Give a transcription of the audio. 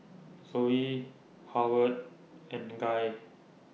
Zoe Howard and Guy